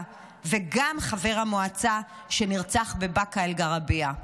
וגם חבר המועצה שנרצח בבאקה אל-גרבייה.